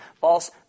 false